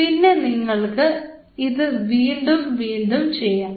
പിന്നെ നിങ്ങൾക്ക് ഇത് വീണ്ടും വീണ്ടും ചെയ്യാം